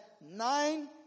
nine